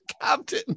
captain